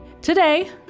Today